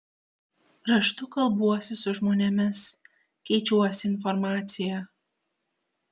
raštu kalbuosi su žmonėmis keičiuosi informacija